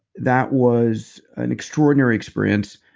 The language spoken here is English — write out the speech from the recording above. that was an extraordinary experience.